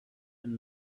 and